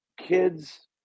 kids